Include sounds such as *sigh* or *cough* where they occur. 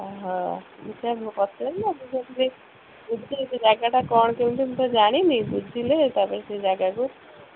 ଓଃ ମୁଁ ସେଇଆ ପଚାରିଲି *unintelligible* ସେ ଜାଗାଟା କ'ଣ କେମିତି ମୁଁ ତ ଜାଣିନି ବୁଝିଲେ ତା'ପରେ ସେ ଜାଗାକୁ